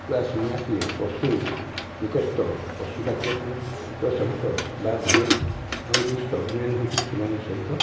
ସମୟ ଆସିଲେ ପଶୁ ନିକଟସ୍ଥ ପଶୁ ଡାକ୍ତରଖାନାଙ୍କ ସହିତ ବା ଭିଏସଇ କି ଷ୍ଟକ ମ୍ୟାନ ହୁଅନ୍ତୁ ସେମାନଙ୍କ ସହିତ